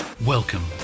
Welcome